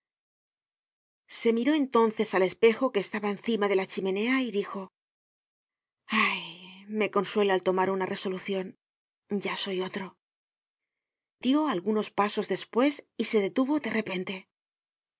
se miró entonces al espejo que estaba encima de la chimenea y dijo ah me consuela el tomar una resolucion ya soy otro dió algunos pasos despues y se detuvo de repente